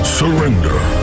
surrender